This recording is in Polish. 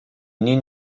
nie